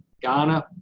ghana,